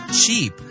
cheap